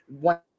one